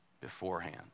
beforehand